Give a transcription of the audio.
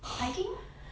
hiking